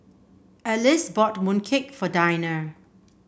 Elyse bought mooncake for Dinah